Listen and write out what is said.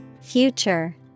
Future